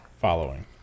Following